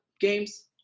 games